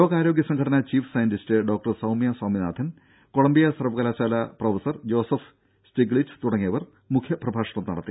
ലോകാരോഗ്യ സംഘടന chief scientist doctor Soumya Swaminathan Columbia സർവകലാശാല പ്രൊഫസർ ജോസഫ് സ്റ്റിഗ്ലിറ്റ്സ് തുടങ്ങിയവർ മുഖ്യപ്രഭാഷണം നടത്തി